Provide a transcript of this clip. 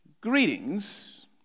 Greetings